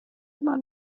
immer